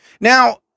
Now